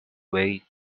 way